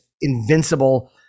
invincible